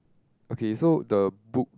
okay so the book